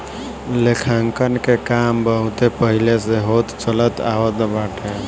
लेखांकन के काम बहुते पहिले से होत चलत आवत बाटे